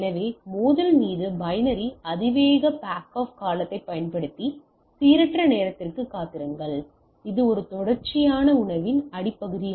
எனவே மோதல் மீது பைனரி அதிவேக பாக்ஆஃ காலத்தைப் பயன்படுத்தி சீரற்ற நேரத்திற்கு காத்திருங்கள் இது ஒரு தொடர்ச்சியான உணர்வின் அடிப்பகுதி